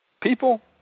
People